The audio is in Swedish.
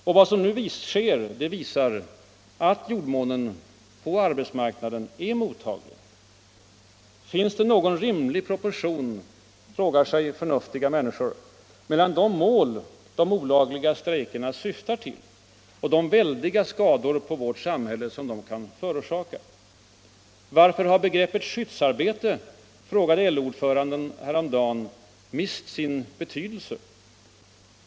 Och vad som nu sker visar att jordmånen på arbetsmarknaden är mottaglig. Finns det någon rimlig proportion, frågar sig förnuftiga människor, mellan de mål de olagliga strejkerna syftar till och de väldiga skador på vårt samhälle som de kan förorsaka? Varför har begreppet skyddsarbete — frågade LO-ordföranden häromdagen —- mist sin betydelse?